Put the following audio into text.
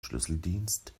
schlüsseldienst